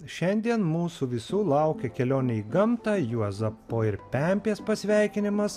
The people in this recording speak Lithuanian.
šiandien mūsų visų laukia kelionė į gamtą juozapo ir pempės pasveikinimas